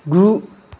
गु